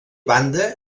banda